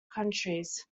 countries